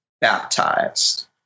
baptized